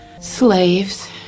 Slaves